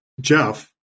Jeff